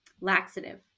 laxative